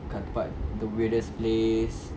kat tempat the weirdest place